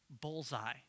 bullseye